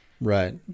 Right